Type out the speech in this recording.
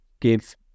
give